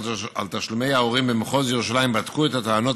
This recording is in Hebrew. תשלומי ההורים במחוז ירושלים בדקו את הטענות,